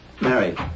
Mary